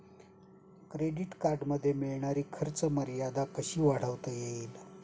Credit कार्डमध्ये मिळणारी खर्च मर्यादा कशी वाढवता येईल?